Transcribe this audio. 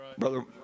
Brother